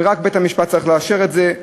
ורק בית-המשפט צריך לאשר את זה.